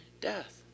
Death